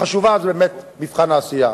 חשוב מבחן העשייה.